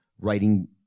writing